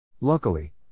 Luckily